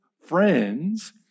friends